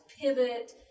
pivot